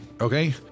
Okay